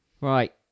Right